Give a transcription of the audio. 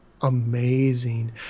amazing